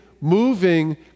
moving